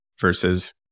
versus